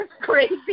crazy